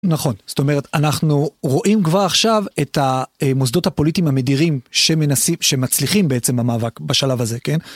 נכון, זאת אומרת אנחנו רואים כבר עכשיו את המוסדות הפוליטיים המדירים שמצליחים בעצם במאבק בשלב הזה, כן?